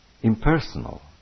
impersonal